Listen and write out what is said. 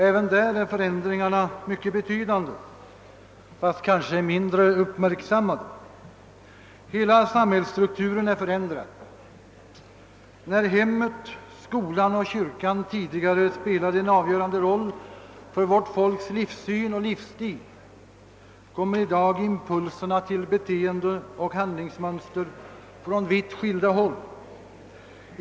även där är förändringarna mycket betydande, fastän kanske mindre uppmärksammade. Hela samhällsstrukturen är förändrad. Medan hemmet, skolan och kyrkan tidigare spelade en avgörande roll för vårt folks livssyn och livsstil, kommer i dag impulserna till beteendeoch handlingsmönster från vitt skilda håll.